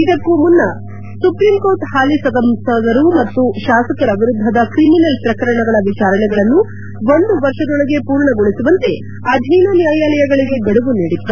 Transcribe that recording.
ಇದಕ್ಕೂ ಮುನ್ನ ಸುಪ್ರೀಂಕೋರ್ಟ್ ಹಾಲಿ ಸಂಸದರು ಮತ್ತು ಶಾಸಕರ ವಿರುದ್ದದ ಕ್ರಿಮಿನಲ್ ಪ್ರಕರಣಗಳ ವಿಚಾರಣೆಗಳನ್ನು ಒಂದು ವರ್ಷದೊಳಗೆ ಪೂರ್ಣಗೊಳಿಸುವಂತೆ ಅಧೀನ ನ್ಯಾಯಾಲಯಗಳಿಗೆ ಗದುವು ನೀಡಿತ್ತು